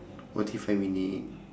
forty five minute